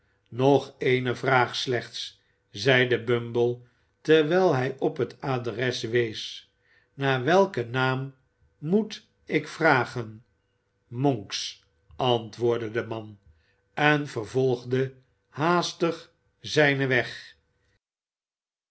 nog ééne vraag slechts zeide bumble terwijl hij op het adres wees naar welken naam moet ik vragen monks antwoordde de man en vervolgde haastig zijn weg